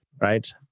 right